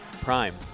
Prime